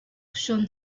schon